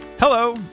Hello